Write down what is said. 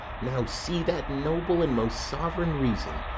now see that noble and most sovereign reason,